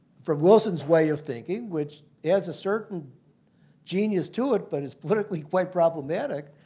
from wilson's way of thinking, which has a certain genius to it but is politically quite problematic,